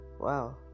Wow